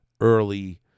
early